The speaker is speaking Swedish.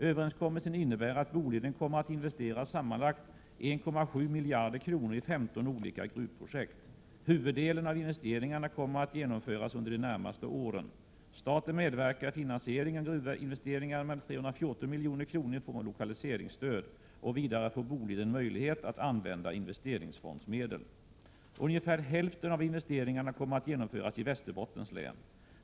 Överenskommelsen innebär att Boliden kommer att investera sammanlagt 1,7 miljarder kronor i 15 olika gruvprojekt. Huvuddelen av investeringarna kommer att genomföras under de närmaste åren. Staten medverkar i finansieringen av gruvinvesteringarna med 314 milj.kr. i form av lokaliseringsstöd. Vidare får Boliden möjlighet att använda investeringsfondsmedel. Ungefär hälften av investeringarna kommer att genomföras i Västerbot tens län.